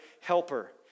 helper